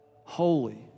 holy